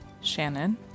shannon